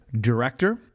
director